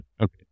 Okay